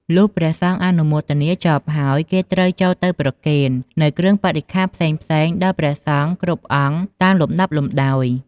លុះព្រះសង្ឃអនុមោទនាចប់ហើយគេត្រូវចូលទៅប្រគេន នូវគ្រឿងបរិក្ខារផ្សេងៗដល់ព្រះសង្ឃគ្រប់អង្គតាមលំដាប់លំដោយ ។